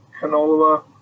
canola